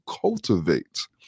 cultivate